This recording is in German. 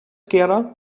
gera